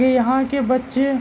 کہ یہاں کے بچے